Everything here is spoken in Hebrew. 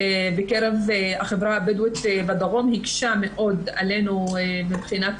בקרב החברה הבדואית בדרום הקשה עלינו מאוד מבחינת